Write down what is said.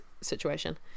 situation